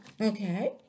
Okay